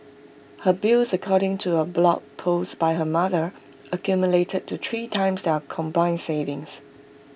her bills according to A blog post by her mother accumulated to three times are combined savings